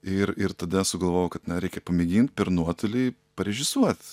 ir ir tada sugalvojau kad na reikia pamėgint per nuotolį parežisuot